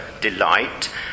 delight